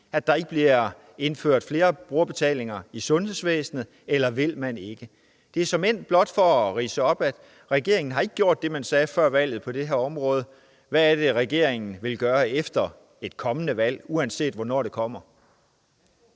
at der ikke bliver indført mere brugerbetaling i sundhedsvæsenet – eller vil man ikke? Det er såmænd blot for at ridse op, at regeringen ikke har gjort det, den sagde før valget, på det her område. Hvad er det, regeringen vil gøre efter et kommende valg, uanset hvornår det kommer?